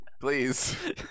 Please